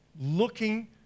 looking